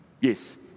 yes